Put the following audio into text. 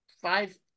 Five